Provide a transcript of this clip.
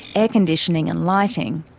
air conditioning and lighting.